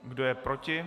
Kdo je proti?